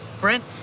Brent